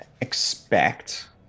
expect